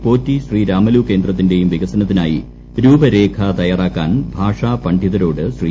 Potti Sriramulu കേന്ദ്രത്തിന്റെയും വികസനത്തിനായി രൂപരേഖ തയ്യാറാക്കാൻ ഭാഷാ പണ്ഡിതരോട് ശ്രീ